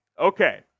Okay